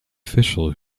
official